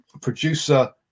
producer